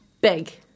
Big